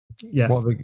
Yes